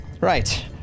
right